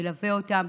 ומלווה אותם